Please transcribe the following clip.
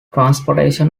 transportation